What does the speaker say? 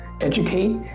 educate